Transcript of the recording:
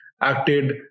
acted